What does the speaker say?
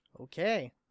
Okay